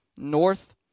North